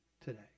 today